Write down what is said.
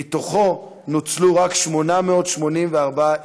ומתוכו נוצלו 884,000